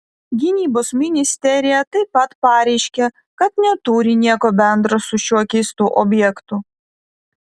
gynybos ministerija taip pat pareiškė kad neturi nieko bendro su šiuo keistu objektu